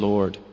Lord